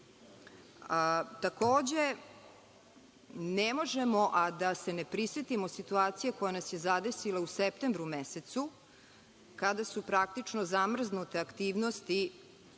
trošiti. Takođe, ne možemo, a da se ne prisetimo situacije koja nas je zadesila u septembru mesecu, kada su praktično zamrznute aktivnosti